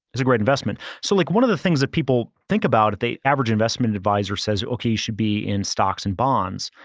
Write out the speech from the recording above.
it's a great investment. so like one of the things that people think about, the average investment advisor says, okay, you should be in stocks and bonds,